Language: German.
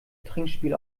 trinkspiel